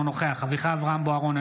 אינו נוכח אביחי אברהם בוארון,